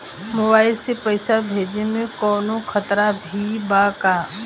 Mobile से पैसा भेजे मे कौनों खतरा भी बा का?